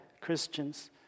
Christians